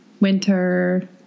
winter